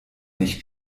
nicht